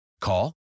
Call